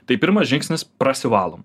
tai pirmas žingsnis prasivalom